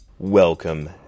Welcome